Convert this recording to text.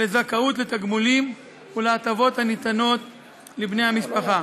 לזכאות לתגמולים ולהטבות הניתנים לבני המשפחה,